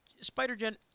Spider-Gen